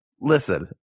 Listen